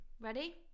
Ready